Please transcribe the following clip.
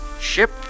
Ship